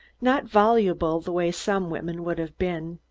not voluble the way some women would have been.